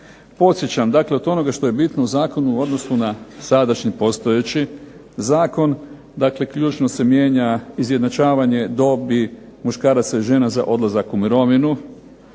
Podsjećam, dakle od onoga što je bitno u zakonu u odnosu na sadašnji postojeći zakon, dakle ključno se mijenja izjednačavanje dobi muškaraca i žena za odlazak u mirovinu.